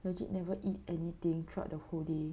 legit never eat anything throughout the whole day